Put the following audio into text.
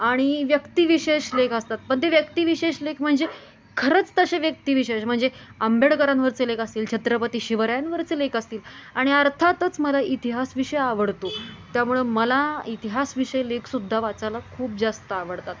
आणि व्यक्तिविशेष लेख असतात पण ते व्यक्तिविशेष लेख म्हणजे खरंच तसे व्यक्तिविशेष म्हणजे आंबेडकरांवरचे लेख असतील छत्रपती शिवरायांवरचे लेख असतील आणि अर्थातच मला इतिहास विषय आवडतो त्यामुळे मला इतिहास विषय लेखसुद्धा वाचायला खूप जास्त आवडतात